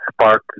spark